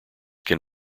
can